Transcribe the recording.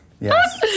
yes